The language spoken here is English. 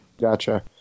Gotcha